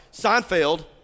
Seinfeld